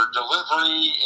delivery